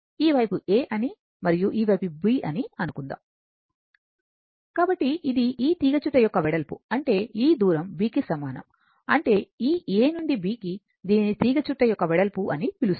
ఈ వైపు A అని మరియు ఈ వైపు B అని అనుకుందాం కాబట్టి ఇది ఈ తీగచుట్ట యొక్క వెడల్పు అంటే ఈ దూరం B కి సమానం అంటే ఈ A నుండి B కి దీనిని తీగచుట్ట యొక్క వెడల్పు అని అంటారు